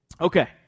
Okay